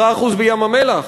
10% בים-המלח.